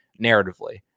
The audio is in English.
narratively